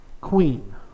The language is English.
queen